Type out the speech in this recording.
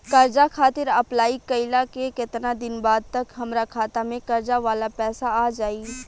कर्जा खातिर अप्लाई कईला के केतना दिन बाद तक हमरा खाता मे कर्जा वाला पैसा आ जायी?